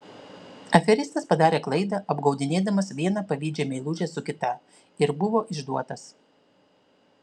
aferistas padarė klaidą apgaudinėdamas vieną pavydžią meilužę su kita ir buvo išduotas